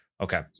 Okay